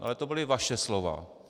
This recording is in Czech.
Ale to byla vaše slova.